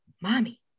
mommy